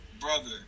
brother